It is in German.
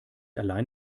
allein